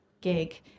gig